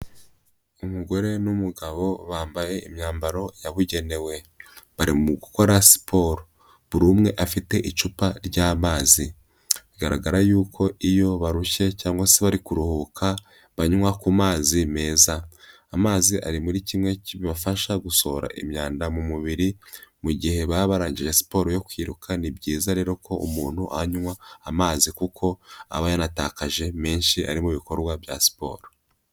Umugore n'umugabo bambaye imyambaro yabugenewe. Bari gukora siporo. buri umwe afite icupa ry'amazi. Bigaragara yuko iyo barushye cyangwa se bari kuruhuka, banywa ku mazi meza. Amazi ari muri kimwe kibafasha gusohora imyanda mu mubiri mu gihe baba barangije siporo yo kwiruka. Ni byiza rero ko umuntu anywa amazi kuko aba yanatakaje menshi ari mu bikorwa bya siporo.